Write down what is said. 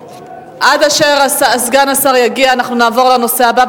עד אשר סגן השר יגיע אנחנו נעבור לנושא הבא,